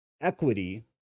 Equity